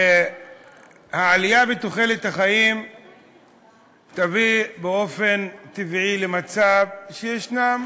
העלייה בתוחלת החיים מביאה באופן טבעי למצב שישנם